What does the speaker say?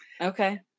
Okay